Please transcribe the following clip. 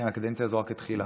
הקדנציה הזו התחילה,